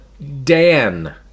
Dan